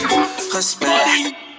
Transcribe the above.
respect